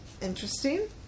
Interesting